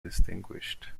distinguished